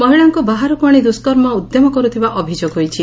ମହିଳାଙ୍କୁ ବାହାରକୁ ଆଶି ଦୁଷର୍ମ ଉଦ୍ୟମ କରିଥିବା ଅଭିଯୋଗ ହୋଇଛି